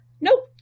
nope